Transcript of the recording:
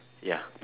ya